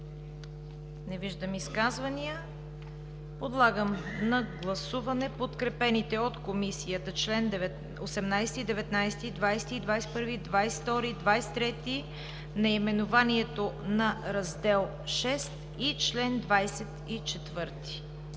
Не виждам. Подлагам на гласуване подкрепените от Комисията чл. 18, 19, 20, 22, 23, наименованието на Раздел VІ и чл. 24.